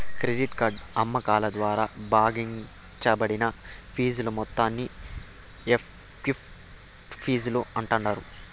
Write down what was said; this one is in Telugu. క్రెడిట్ కార్డు అమ్మకాల ద్వారా భాగించబడిన ఫీజుల మొత్తాన్ని ఎఫెక్టివ్ ఫీజులు అంటాండారు